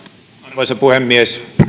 arvoisa puhemies